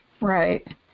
Right